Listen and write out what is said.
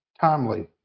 timely